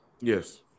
Yes